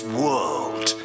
world